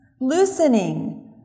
loosening